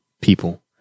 people